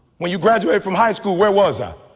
when you graduate from high school, where was i?